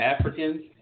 Africans